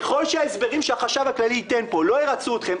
ככל שההסברים שהחשב הכללי ייתן פה לא ירצו אתכם,